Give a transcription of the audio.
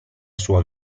sua